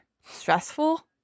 stressful